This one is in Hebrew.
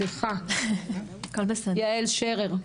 יעל שרר,